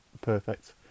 perfect